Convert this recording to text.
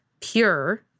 pure